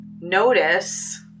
Notice